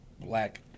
black